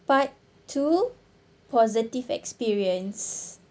part two positive experience